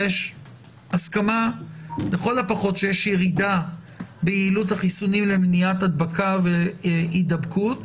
יש הסכמה לכל הפחות שיש ירידה ביעילות החיסונים למניעת הדבקה והידבקות.